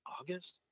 August